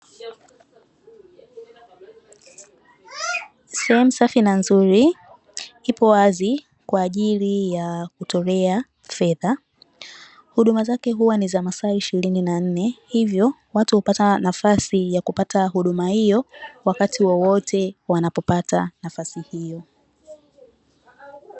Sehemu safi na nzuri ipo wazi kwa ajili ya kutolea fedha. Huduma zake huwa ni za masaa ishirini na nne hivyo watu hupata nafasi ya kupata huduma hiyo wakati wowote wanapopata nafasi hiyo.